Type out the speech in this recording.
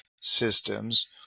systems